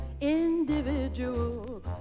Individual